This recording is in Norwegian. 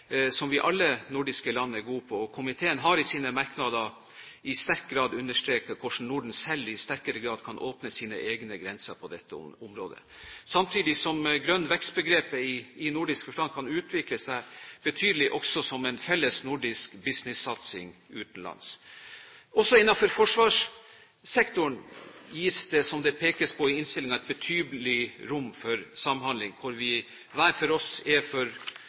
som alle nordiske land er gode på. Komiteen har i sine merknader i sterk grad understreket hvordan Norden selv i sterkere grad kan åpne sine egne grenser på dette området. Samtidig kan grønn vekst-begrepet i nordisk forstand utvikle seg betydelig, også som en felles nordisk businessatsing utenlands. Også innenfor forsvarssektoren gis det, som det pekes på i innstillingen, et betydelig rom for samhandling der vi hver for oss er for